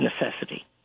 necessity